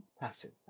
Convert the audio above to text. passive